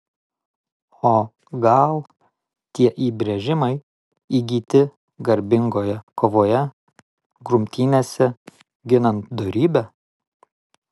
o gal tie įbrėžimai įgyti garbingoje kovoje grumtynėse ginant dorybę